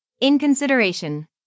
Inconsideration